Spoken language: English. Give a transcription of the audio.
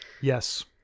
Yes